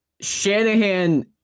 Shanahan